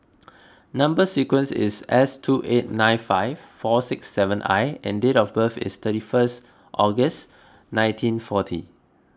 Number Sequence is S two eight nine five four six seven I and date of birth is thirty first August nineteen forty